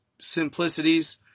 simplicities